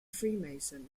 freemason